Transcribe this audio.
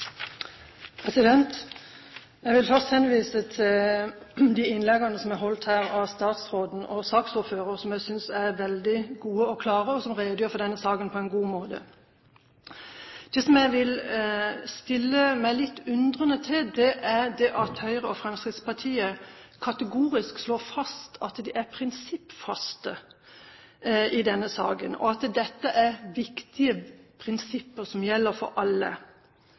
holdt her av statsråden og saksordføreren, og som jeg synes er veldig gode og klare, og hvor det redegjøres for denne saken på en god måte. Det jeg stiller meg litt undrende til, er at Høyre og Fremskrittspartiet kategorisk slår fast at de er prinsippfaste i denne saken, og at dette er viktige prinsipper som gjelder for alle.